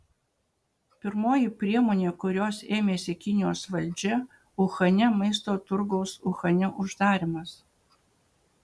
pirmoji priemonė kurios ėmėsi kinijos valdžia uhane maisto turgaus uhane uždarymas